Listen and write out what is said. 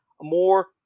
more